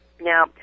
Now